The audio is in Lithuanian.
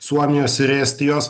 suomijos ir estijos